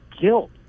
guilt